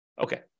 Okay